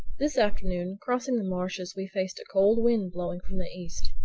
this afternoon, crossing the marshes we faced a cold wind blowing from the east.